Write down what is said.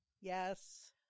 Yes